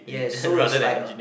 yes so it's like a